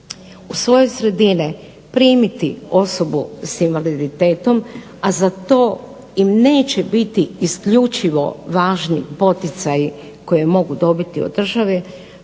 u svoje sredine primiti osobu sa invaliditetom, a za to im neće biti isključivo važni poticaji koje mogu dobiti od države